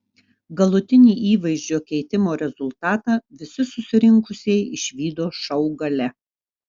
galutinį įvaizdžio keitimo rezultatą visi susirinkusieji išvydo šou gale